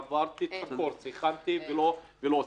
לא עושים.